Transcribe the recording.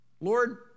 Lord